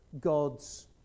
God's